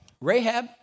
Rahab